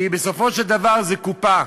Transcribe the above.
כי בסופו של דבר זו קופה,